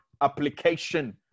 application